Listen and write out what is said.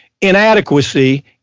inadequacy